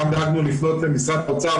גם דאגנו לפנות למשרד האוצר,